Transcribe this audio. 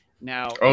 Now